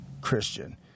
Christian